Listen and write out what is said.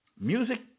Music